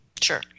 Sure